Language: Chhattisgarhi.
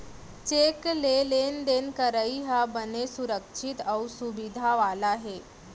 चेक ले लेन देन करई ह बने सुरक्छित अउ सुबिधा वाला हे